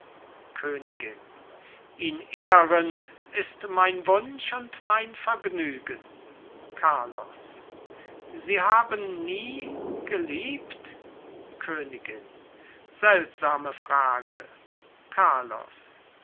königin ihn ehren ist mein wunsch und mein vergnügen carlos sie haben nie geliebt königin seltsame frage carlos